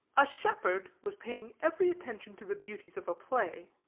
a shepherd was paying every attention to the beauties of a play,